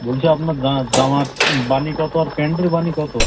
বলছি আপনার জামার বানি কত আর প্যান্টের বানি কত